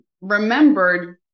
remembered